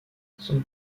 son